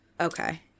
Okay